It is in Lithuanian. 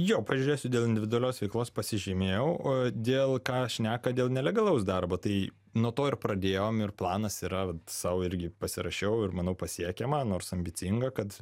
jo pažiūrėsiu dėl individualios veiklos pasižymėjau dėl ką šneka dėl nelegalaus darbo tai nuo to ir pradėjom ir planas yra sau irgi pasirašiau ir manau pasiekiama nors ambicinga kad